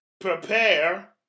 Prepare